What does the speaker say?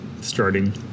starting